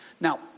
Now